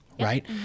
right